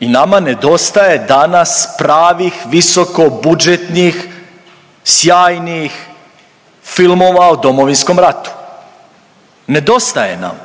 i nama nedostaje danas pravih visokobudžetnih sjajnih filmova o Domovinskom ratu. Nedostaje nam.